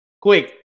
Quick